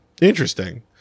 interesting